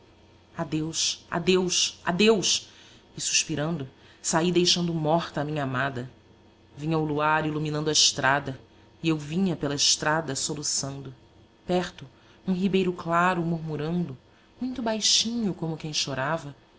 adeus adeus adeus e suspirando saí deixando morta a minha amada vinha o luar iluminando a estrada e eu vinha pela estrada soluçando perto um ribeiro claro murmurando muito baixinho como quem chorava